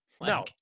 No